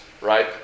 right